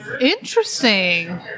Interesting